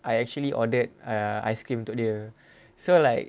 I actually ordered err ice cream untuk dia so like